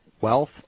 wealth